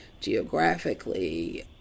geographically